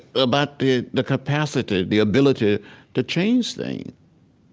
about the the capacity, the ability to change things,